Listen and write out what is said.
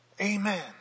Amen